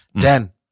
Dan